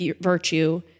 virtue